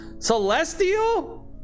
celestial